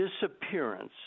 disappearance